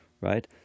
Right